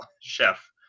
chef